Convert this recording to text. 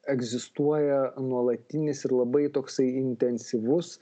egzistuoja nuolatinis ir labai toksai intensyvus